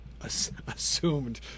assumed